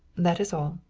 that is all.